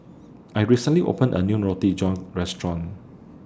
I recently opened A New Roti John Restaurant